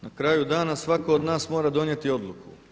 Na kraju dana svatko od nas mora donijeti odluku.